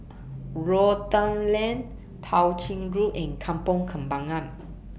Rotan Lane Tao Ching Road and Kampong Kembangan